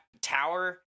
tower